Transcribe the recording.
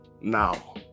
Now